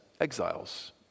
exiles